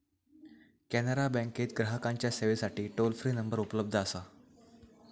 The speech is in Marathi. कॅनरा बँकेत ग्राहकांच्या सेवेसाठी टोल फ्री नंबर उपलब्ध असा